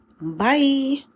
Bye